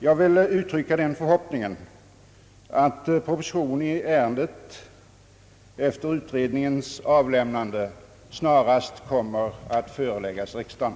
Jag vill uttrycka förhoppningen att proposition i ärendet, efter utredningens avlämnande, snarast kommer att föreläggas riksdagen,